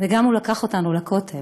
והוא גם לקח אותנו לכותל